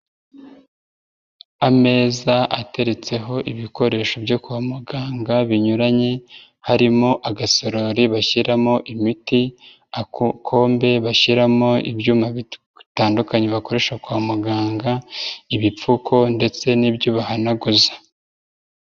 Ameza ateretseho ibikoresho byo kwa muganga binyuranye, harimo agasarori bashyiramo imiti, agakombe bashyiramo ibyuma bitandukanye bakoresha kwa muganga, ibipfuko ndetse n'ibyo bahanaguza.